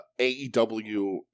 AEW